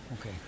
okay